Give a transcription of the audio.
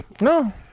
No